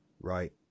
Right